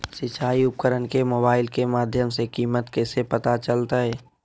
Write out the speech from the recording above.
सिंचाई उपकरण के मोबाइल के माध्यम से कीमत कैसे पता चलतय?